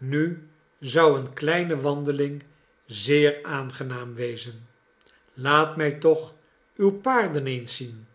nu zou een kleine wandeling zeer aangenaam wezen laat mij toch uw paarden eens zien